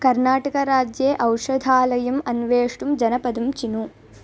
कर्नाटकराज्ये औषधालयम् अन्वेष्टुं जनपदं चिनु